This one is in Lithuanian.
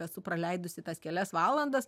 esu praleidusi tas kelias valandas